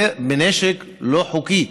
בנשק לא חוקי.